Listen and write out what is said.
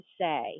say